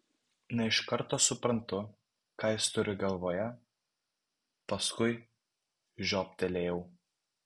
ne iš karto suprantu ką jis turi galvoje paskui žioptelėjau